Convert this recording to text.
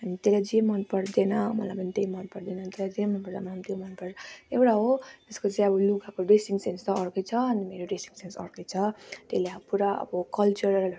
अनि त्यसलाई जे मन पर्दैन मलाई पनि त्यही मन पर्दैन त्यसलाई जे मनपर्छ मलाई पनि त्यो मनपर्छ एउटा हो त्यसको चाहिँ अब लुगाको ड्रेसिङ्स सेन्स त अर्कै छ अनि मेरो ड्रेसिङ सेन्स अर्कै छ त्यसले अब पुरा अब कल्चरल